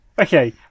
Okay